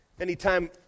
Anytime